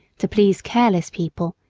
to please careless people,